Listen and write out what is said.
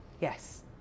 yes